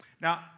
Now